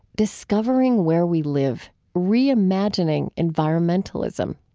discovering where we live reimagining environmentalism.